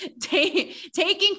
taking